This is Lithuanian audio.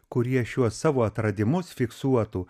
kurie šiuos savo atradimus fiksuotų